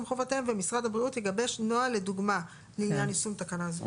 חובותיהם ומשרד הבריאות יגבש נוהל לדוגמה לעניין יישום תקנה זו.